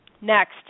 Next